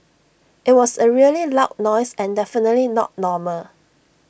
IT was A really loud noise and definitely not normal